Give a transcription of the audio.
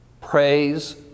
Praise